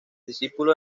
discípulo